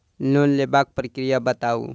Loan लेबाक प्रक्रिया बताऊ?